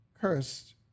cursed